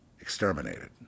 exterminated